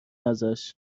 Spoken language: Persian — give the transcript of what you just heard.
ازشاب